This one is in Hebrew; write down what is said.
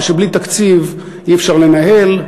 ובלי תקציב אי-אפשר לנהל,